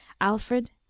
Alfred